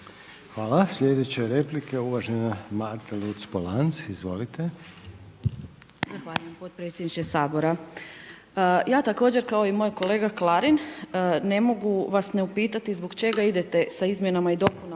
Hvala. Sljedeća replika je Marta Luc Polanc. Izvolite. **Luc-Polanc, Marta (SDP)** Zahvaljujem potpredsjedniče Sabora. Ja također kao i moj kolega Klarin ne mogu vas ne upitati zbog čega idete sa izmjenama i dopunama